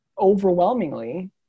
overwhelmingly